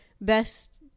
best